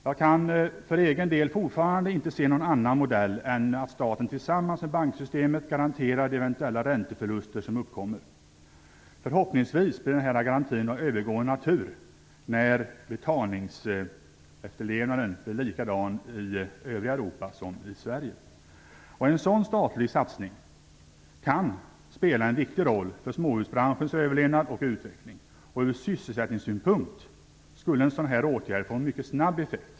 Jag kan för egen del fortfarande inte se någon annan modell än att staten tillsammans med banksystemet garanterar de eventuella ränteförluster som uppkommer. Förhoppningsvis blir denna garanti av övergående natur - när betalningsefterlevnaden blir likadan i övriga Europa som i Sverige. En sådan statlig satsning kan spela en viktig roll för småhusbranschens överlevnad och utveckling. Ur sysselsättningssynpunkt skulle en sådan åtgärd få mycket snabb effekt.